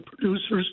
producers